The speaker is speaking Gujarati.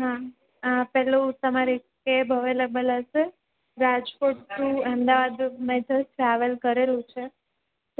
હા આ પેલું તમારે કેબ અવેલેબલ હશે રાજકોટ ટૂ અહેમદબાદ મેં તો ટ્રાવેલ કરેલું છે